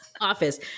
Office